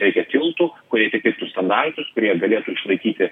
reikia tiltų kurie atitiktų standartus kurie galėtų išlaikyti